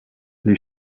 les